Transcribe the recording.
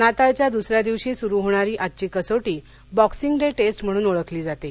नाताळच्या दुसऱ्या दिवशी सुरु होणारी आजची कसोटी बॉक्सिंग डे टेस्ट म्हणून ओळखली जाते